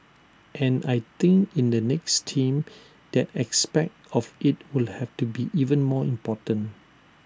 and I think in the next team that aspect of IT will have to be even more important